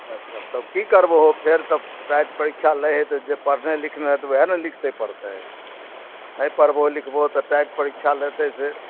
तऽ तऽ तब कि करबहो फेर तऽ टाइट परीक्षा लै हइ तऽ जे पढ़ने लिखने हेतै वएह ने लिखतै पढ़तै नहि पढ़बहो लिखबहो तऽ टाइट परीक्षा लेतै फेर